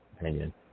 opinion